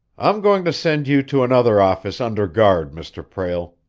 i'm going to send you to another office under guard, mr. prale,